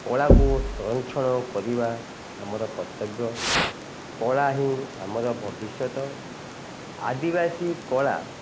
କଳାକୁ ସଂରକ୍ଷଣ କରିବା ଆମର କର୍ତ୍ତବ୍ୟ କଳା ହିଁ ଆମର ଭବିଷ୍ୟତ ଆଦିବାସୀ କଳା